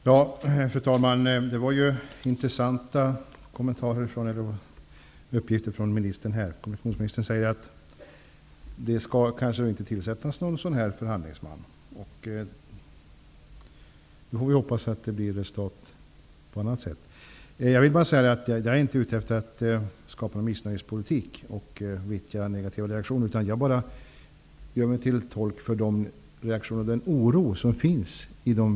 Fru talman! Det var intressanta uppgifter från ministern. Kommunikationsministern säger nu att en förhandlingsman kanske inte skall tillsättas. Men då får vi hoppas på resultat på annat sätt. Jag är inte ute efter att skapa missnöjespolitik eller ''vittja negativa reaktioner'', utan jag gör mig bara till tolk för de människor i berörda regioner som känner oro.